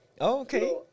Okay